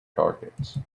targets